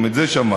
גם את זה שמעתי.